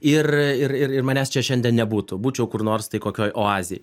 ir ir ir manęs čia šiandien nebūtų būčiau kur nors tai kokioj oazėj